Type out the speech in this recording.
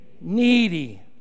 needy